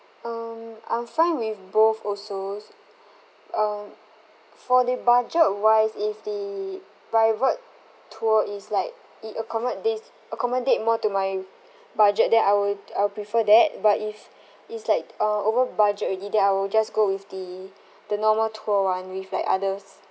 um I'm fine with both also s~ um for the budget wise if the private tour is like it accommodates accommodate more to my budget then I would I would prefer that but if it's like uh over budget already then I will just go with the the normal tour [one] with like others